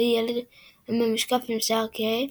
הוא ילד ממושקף עם שיער כהה.